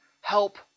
help